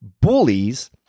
bullies